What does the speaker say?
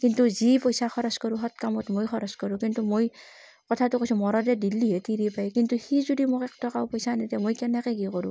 কিন্তু যি পইচা খৰচ কৰোঁ সৎ কামত মই খৰচ কৰোঁ কিন্তু মই কথাটো কৈছোঁ মতাটোএ দিলেহে তিৰিয়ে পায় কিন্তু সি যদি মোক এক টকাও পইচা নেদে মই কেনেকৈ কি কৰোঁ